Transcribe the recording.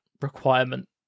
requirement